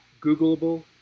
googleable